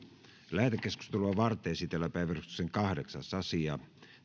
lähetekeskustelua varten esitellään päiväjärjestyksen kahdeksas asia